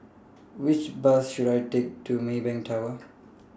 Which Bus should I Take to Maybank Tower